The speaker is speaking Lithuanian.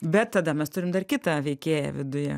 bet tada mes turim dar kitą veikėją viduje